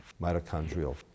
mitochondrial